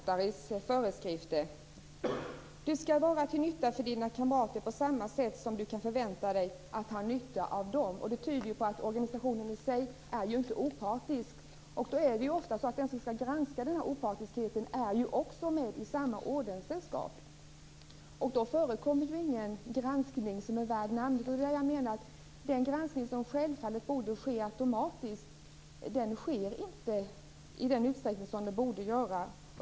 Fru talman! Så här står det i Rotarys förskrifter: Du skall vara till nytta för dina kamrater på samma sätt som du kan förvänta dig att ha nytta av dem. Det tyder ju på att organisationen i sig inte är opartisk. Ofta är det så att den som skall granska denna opartiskhet också är med i samma ordenssällskap. Då förekommer ingen granskning värd namnet. Jag menar att den granskning som självfallet borde ske automatiskt inte sker i den utsträckning som den borde göra.